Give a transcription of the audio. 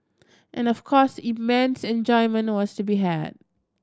and of course immense enjoyment was to be had